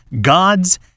gods